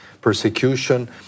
persecution